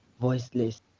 voiceless